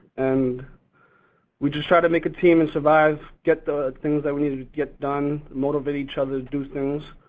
and we just try to make a team and survive, get the things that we needed to get done, motivate each other to do things.